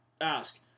ask